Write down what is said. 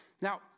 now